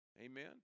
Amen